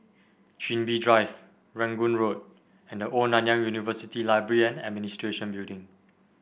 Chin Bee Drive Rangoon Road and The Old Nanyang University Library and Administration Building